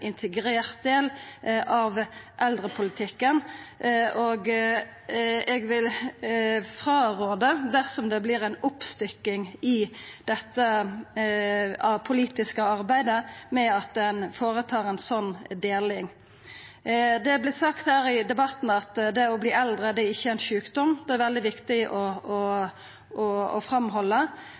integrert del av eldrepolitikken. Eg vil rå frå, dersom det vert ei oppstykking i dette politiske arbeidet, at ein gjer ei slik deling. Det har vorte sagt her i debatten at det å verta eldre ikkje er ein sjukdom. Det er det veldig viktig å